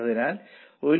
അതിനാൽ 15